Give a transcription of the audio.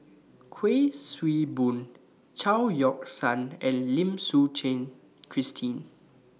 Kuik Swee Boon Chao Yoke San and Lim Suchen Christine